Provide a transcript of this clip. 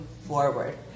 forward